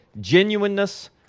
genuineness